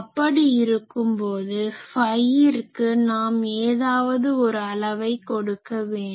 அப்படி இருக்கும் போது ஃபையிற்கு நாம் ஏதாவது ஒரு அளவை கொடுக்க வேண்டும்